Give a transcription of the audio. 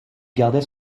gardait